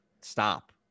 stop